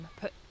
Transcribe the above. put